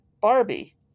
Barbie